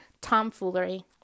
tomfoolery